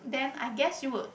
then I guess you would